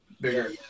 Bigger